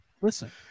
Listen